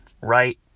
right